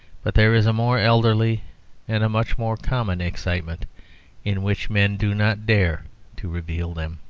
but there is a more elderly and a much more common excitement in which men do not dare to reveal them.